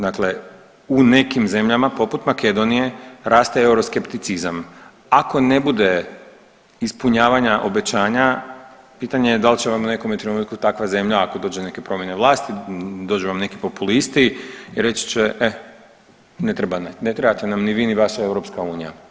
Dakle, u nekim zemljama poput Makedonije raste euroskepticizam, ako ne bude ispunjavanja obećanja pitanje je da li će vam u nekome trenutku ako dođe do neke promjene vlasti, dođu vam neki populisti i reći će, e ne treba, ne trebate nam ni vi ni vaša EU.